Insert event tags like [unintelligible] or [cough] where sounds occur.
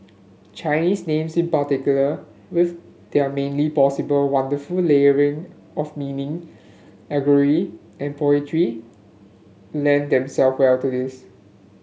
Chinese names in particular with their many possible wonderful [unintelligible] of meaning allegory and poetry lend them self well to this